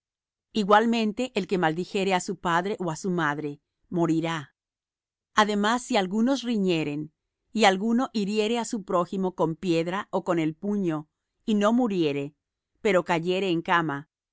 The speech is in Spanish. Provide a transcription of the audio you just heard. igualmente el que maldijere á su padre ó á su madre morirá además si algunos riñeren y alguno hiriere á su prójimo con piedra ó con el puño y no muriere pero cayere en cama